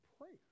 Prayer